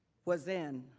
was in